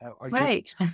Right